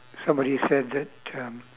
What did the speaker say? somebody said that um